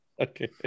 Okay